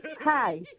Hi